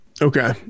Okay